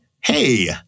Hey